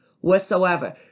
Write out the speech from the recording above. whatsoever